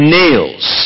nails